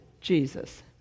Jesus